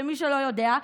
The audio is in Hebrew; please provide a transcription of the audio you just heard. למי שלא יודע,